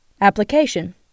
Application